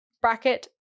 Bracket